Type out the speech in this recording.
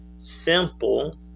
simple